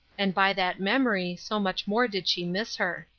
and by that memory so much more did she miss her.